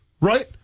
Right